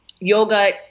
Yoga